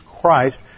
Christ